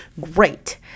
great